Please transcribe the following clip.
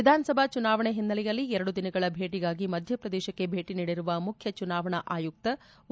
ವಿಧಾನಸಭಾ ಚುನಾವಣಾ ಹಿನ್ನೆಲೆಯಲ್ಲಿ ಎರಡು ದಿನಗಳ ಭೇಟಗಾಗಿ ಮಧ್ಯಪ್ರದೇಶಕ್ಕೆ ಭೇಟಿ ನೀಡಿರುವ ಮುಖ್ಯ ಚುನಾವಣಾ ಆಯುಕ್ತ ಓ